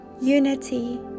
unity